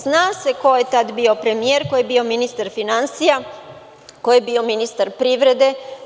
Zna se ko je tad bio premijer, ko je bio ministar finansija, ko je bio ministar privrede.